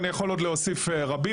אני יכול עוד להוסיף רבים.